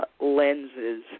lenses